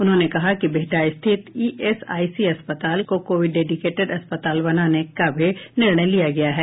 उन्होंने कहा कि बिहटा स्थित ईएसआईसी अस्पताल को कोविड डेडिकेटेड अस्पताल बनाने का भी निर्णय लिया गया है